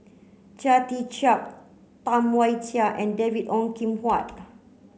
Chia Tee Chiak Tam Wai Jia and David Ong Kim Huat